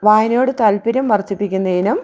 വായനയോട് താല്പര്യം വർദ്ധിപ്പിക്കുന്നതിനും